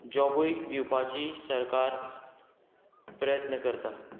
जॉबूय दिवपाची सरकार प्रयत्न करता